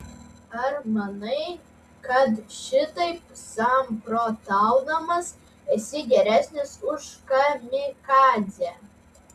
ar manai kad šitaip samprotaudamas esi geresnis už kamikadzę